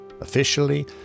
Officially